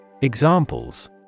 Examples